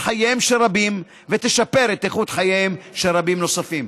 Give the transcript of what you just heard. את חייהם של רבים ותשפר את איכות חייהם של רבים נוספים.